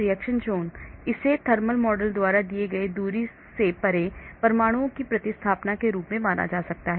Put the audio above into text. reaction zone इसे thermal bath model द्वारा दिए गए दूरी से परे परमाणुओं के प्रतिस्थापन के रूप में माना जा सकता है